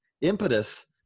impetus